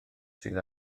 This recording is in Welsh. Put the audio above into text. sydd